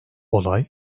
olay